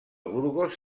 burgos